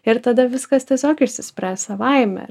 ir tada viskas tiesiog išsispręs savaime